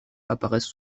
apparaissent